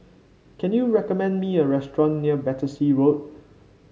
can you recommend me a restaurant near Battersea Road